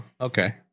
okay